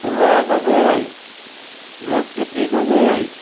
ফুল Gogoi Rupjyoti Gogoi